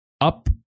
Up